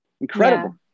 Incredible